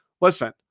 Listen